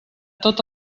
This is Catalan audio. tot